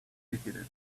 visited